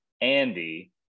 Andy